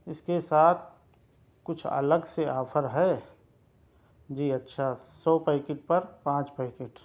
اِس کے ساتھ کچھ الگ سے آفر ہے جی اچھا سو پیکٹ پر پانچ پیکٹ